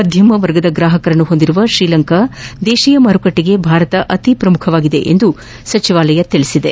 ಮಧ್ಯಮ ಮರ್ಗದ ಗ್ರಾಹಕರನ್ನು ಹೊಂದಿರುವ ಶ್ರೀಲಂಕಾ ದೇಶೀಯ ಮಾರುಕಟ್ಟೆಗೆ ಭಾರತ ಅತಿ ಪ್ರಮುಖವಾಗಿದೆ ಎಂದು ಸಚಿವಾಲಯ ಹೇಳಿದೆ